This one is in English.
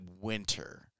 winter